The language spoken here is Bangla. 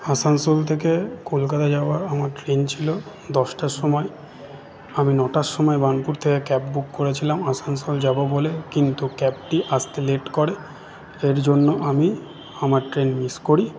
আসানসোল থেকে কলকাতা যাওয়ার আমার ট্রেন ছিল দশটার সময় আমি নটার সময় বানপুর থেকে ক্যাব বুক করেছিলাম আসানসোল যাব বলে কিন্ত ক্যাবটি আসতে লেট করে এর জন্য আমি আমার ট্রেন মিস করি